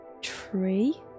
tree